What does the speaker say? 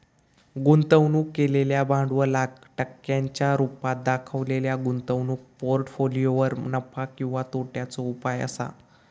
गुंतवणूक केलेल्या भांडवलाक टक्क्यांच्या रुपात देखवलेल्या गुंतवणूक पोर्ट्फोलियोवर नफा किंवा तोट्याचो उपाय असा